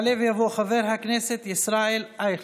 יעלה ויבוא חבר הכנסת ישראל אייכלר.